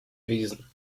wesen